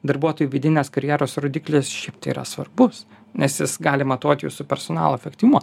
darbuotojų vidinės karjeros rodiklis šiaip tai yra svarbus nes jis gali matuot jūsų personalo efektyvumą